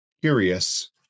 curious